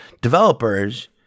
developers